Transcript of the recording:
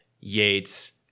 Yates